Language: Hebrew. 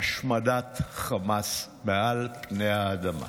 השמדת חמאס מעל פני האדמה.